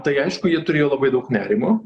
tai aišku ji turėjo labai daug nerimo